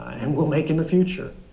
and will make in the future,